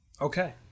Okay